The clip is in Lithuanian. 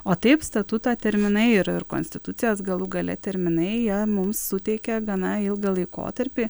o taip statuto terminai ir ir konstitucijos galų gale terminai jie mums suteikia gana ilgą laikotarpį